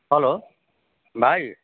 hello भाइ